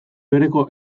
bereko